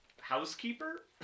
housekeeper